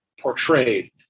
portrayed